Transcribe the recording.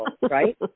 right